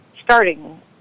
Starting